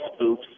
spoofs